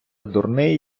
дурний